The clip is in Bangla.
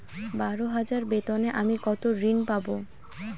বারো হাজার বেতনে আমি কত ঋন পাব?